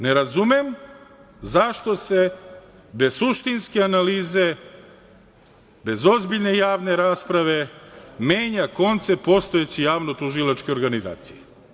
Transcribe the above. Ne razumem zašto se bez suštinske analize, bez ozbiljne javne rasprave menja koncept postojeće javnotužilačke organizacije.